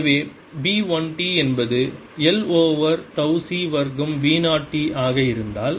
எனவே B 1 t என்பது l over tau C வர்க்கம் B 0 t ஆக இருந்தால்